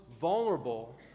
vulnerable